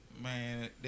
Man